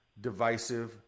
divisive